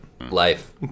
Life